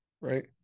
right